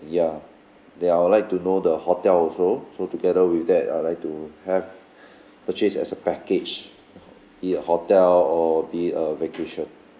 ya then I would like to know the hotel also so together with that I'd like to have purchase as a package be it a hotel or be it a vacation